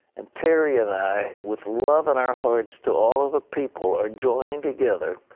and terry and i, with love in our hearts to all of the people, are joining together.